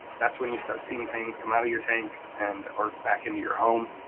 that's when you start seeing things come out of your tank and or back into your home.